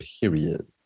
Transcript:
period